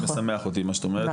מאוד משמח אותי מה שאת אומרת,